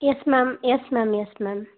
yes ma'am yes ma'am yes ma'am